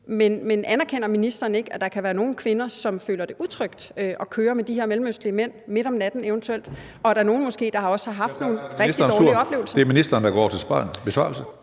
Men anerkender ministeren ikke, at der kan være nogle kvinder, som føler det utrygt at køre med de her mellemøstlige mænd, eventuelt midt om natten, og at der måske også er nogle, der har haft nogle rigtig dårlige oplevelser? Kl. 15:30 Tredje næstformand